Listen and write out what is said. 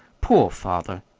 poor father!